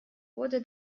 wurde